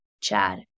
Chad